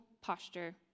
posture